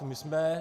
My jsme...